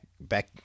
back